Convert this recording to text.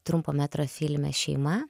trumpo metro filme šeima